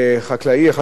שמייצג את החקלאים,